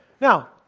Now